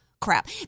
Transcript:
crap